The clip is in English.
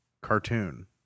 cartoon